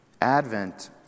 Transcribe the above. Advent